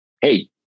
hey